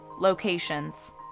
locations